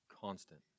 constant